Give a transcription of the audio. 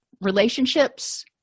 relationships